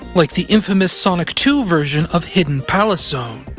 like the infamous sonic two version of hidden palace zone.